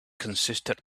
consisted